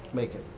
make it.